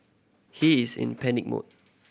he is in panic mode